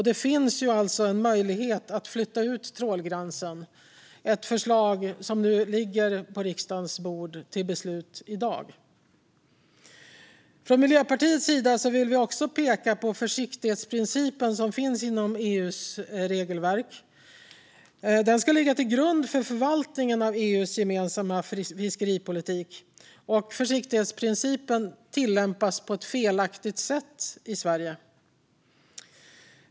Det finns alltså en möjlighet att flytta ut trålgränsen, ett förslag som nu ligger på riksdagens bord för beslut i dag. Från Miljöpartiets sida vill vi också peka på försiktighetsprincipen, som finns inom EU:s regelverk och som ska ligga till grund för förvaltningen av EU:s gemensamma fiskeripolitik. Försiktighetsprincipen tillämpas på ett felaktigt sätt i Sverige.